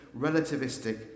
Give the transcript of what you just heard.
relativistic